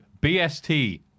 BST